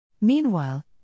Meanwhile